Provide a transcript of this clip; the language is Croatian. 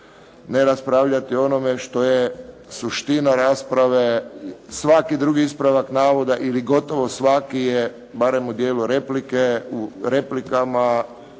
ne raspravljati o onome što je suština rasprave. Svaki drugi ispravak navoda ili gotovo svaki je barem u dijelu replike. U replikama